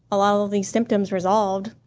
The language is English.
all all of these symptoms resolved,